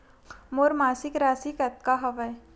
मोर मासिक राशि कतका हवय?